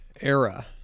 era